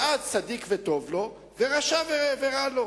ואז צדיק וטוב לו, רשע ורע לו.